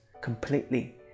completely